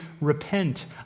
repent